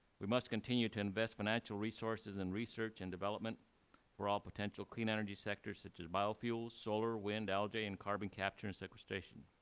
we must continue to invest financial resources in research and development for all potential clean energy sectors, such as biofuels, solar, wind, algae, and carbon capture and sequestration.